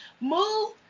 move